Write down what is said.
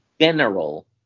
general